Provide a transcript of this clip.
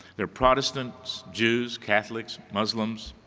they're protestants, jews, catholics, muslims,